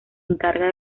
encarga